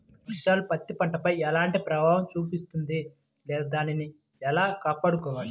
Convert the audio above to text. వర్షాలు పత్తి పంటపై ఎలాంటి ప్రభావం చూపిస్తుంద లేదా దానిని ఎలా కాపాడుకోవాలి?